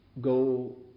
go